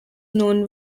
known